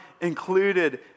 included